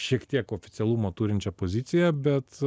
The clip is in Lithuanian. šiek tiek oficialumo turinčią poziciją bet